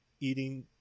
eating